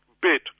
bit